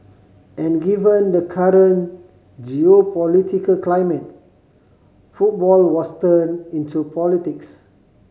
and given the current geopolitical climate football was turned into politics